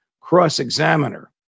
cross-examiner